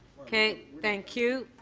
okay. thank you.